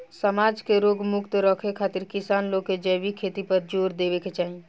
समाज के रोग मुक्त रखे खातिर किसान लोग के जैविक खेती पर जोर देवे के चाही